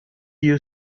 you